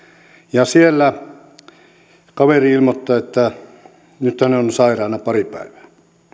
ja siellä kaveri ilmoittaa että nyt hän on sairaana pari päivää